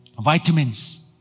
Vitamins